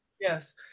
yes